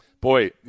boy